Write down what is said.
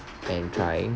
and trying